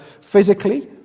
physically